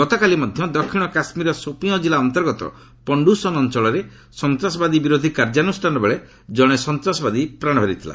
ଗତକାଲି ମଧ୍ୟ ଦକ୍ଷିଣ କାଶ୍କୀରର ସୋପିଆଁ ଜିଲ୍ଲା ଅନ୍ତର୍ଗତ ପଣ୍ଡୁସନ୍ ଅଞ୍ଚଳରେ ସନ୍ତାସବାଦୀ ବିରୋଧି କାର୍ଯ୍ୟାନୁଷ୍ଠାନବେଳେ ଜଣେ ସନ୍ତାସବାଦୀ ପ୍ରାଣ ହରାଇଥିଲା